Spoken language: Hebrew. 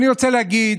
אני רוצה להגיד,